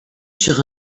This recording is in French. sur